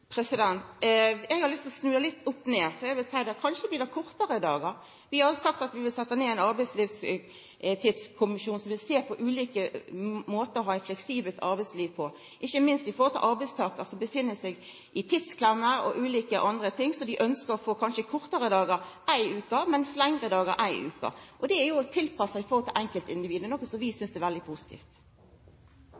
arbeidsmiljøloven? Eg har lyst til å snu det litt opp ned. Eg vil seia at kanskje blir det kortare dagar. Vi har sagt at vi vil setja ned ein arbeidstidskommisjon som vil sjå på ulike måtar å ha eit fleksibelt arbeidsliv på, ikkje minst i forhold til arbeidstakar, som bl.a. er i tidsklemme, og som kanskje ynskjer å få kortare dagar den eine veka og lengre dagar den andre veka. Det er å tilpassa enkeltindividet, noko vi synest er veldig positivt. Adgangen til